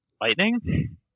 Lightning